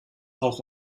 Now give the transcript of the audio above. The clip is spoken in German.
auch